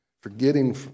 forgetting